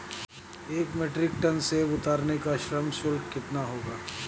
एक metric ton सेव उतारने का श्रम शुल्क कितना होगा?